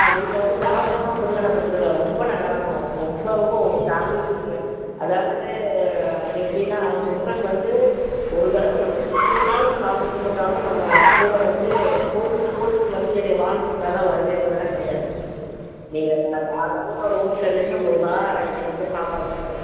ஆ நீங்கள் வந்து செவ்வாக்கிழம முருகனை கும்பிடுங்க ரொம்ப நல்லாயிருக்கும் ரொம்ப ரொம்ப உங்கள் ஃபேமிலிக்கு நீங்கள் அதாவது எப்படின்னா முருகன் வந்து ஒரு தடவை நம்ம எந்த நின்னாலும் சாமிக்கு போட்டாலும் நம்ம கூட வந்து கோவிலுக்கு வந்து என்னைய வா கூப்பிட்டாலும் வருவேன்றதல கிடையாது நீங்கள் சாதாரணமாக ரோட்டில் நின்று முருகா என்னைய வந்து காப்பாத்து